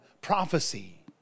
prophecy